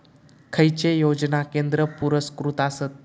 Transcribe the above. खैचे योजना केंद्र पुरस्कृत आसत?